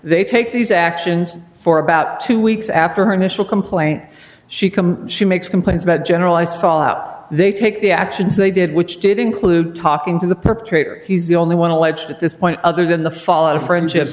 they take these actions for about two weeks after her initial complaint she come she makes complaints about general icefall out they take the actions they did which did include talking to the perpetrator he's the only one alleged at this point other than the fall out of friendships